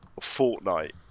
Fortnite